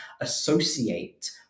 associate